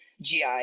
GI